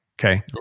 Okay